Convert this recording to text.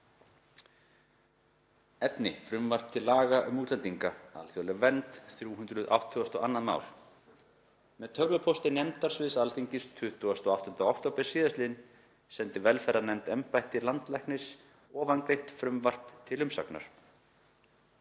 „Efni: Frumvarp til laga um útlendinga (alþjóðleg vernd), 382. mál. Með tölvupósti nefndasviðs Alþingis 28. október sl. sendi velferðarnefnd embætti landlæknis ofangreint frumvarp til umsagnar.